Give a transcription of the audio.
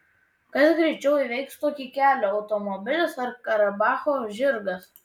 kas greičiau įveiks tokį kelią automobilis ar karabacho žirgas